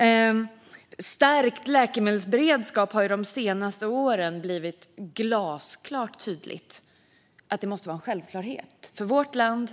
Att stärkt läkemedelsberedskap måste vara en självklarhet har de senaste åren blivit glasklart tydligt för vårt land